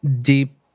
deep